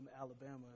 Alabama